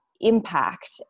impact